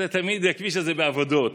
תמיד הכביש הזה בעבודות.